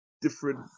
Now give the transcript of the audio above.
different